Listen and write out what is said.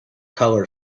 colour